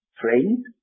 friend